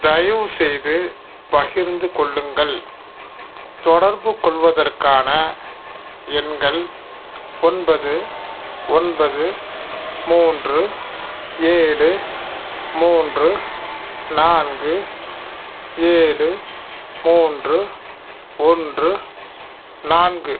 தயவுசெய்து பகிர்ந்து கொள்ளுங்கள் தொடர்பு கொள்வதற்கான எண்கள் ஒன்பது ஒன்பது மூன்று ஏழு மூன்று நான்கு ஏழு மூன்று ஒன்று நான்கு